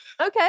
Okay